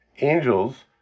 Angels